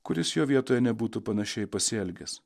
kuris jo vietoje nebūtų panašiai pasielgęs